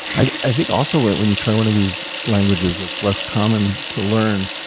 i think also, when you try one of these languages that it's less common to learn,